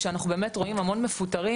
כשאנחנו באמת רואים המון מפוטרים,